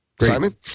Simon